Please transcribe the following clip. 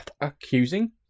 Accusing